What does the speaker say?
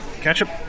Ketchup